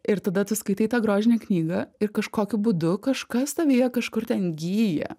ir tada tu skaitai tą grožinę knygą ir kažkokiu būdu kažkas tavyje kažkur ten gyja